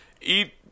eat